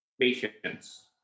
Patience